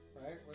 right